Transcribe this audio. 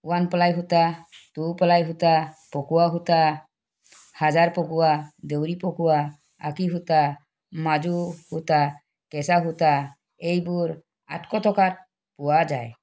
one ply সূতা two ply সূতা পকোৱা সূতা হাজাৰ পকোৱা দেউৰী পকোৱা আশী সূতা মাজু সূতা কেঁচা সূতা এইবোৰ আঠশ টকাত পোৱা যায়